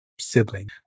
Sibling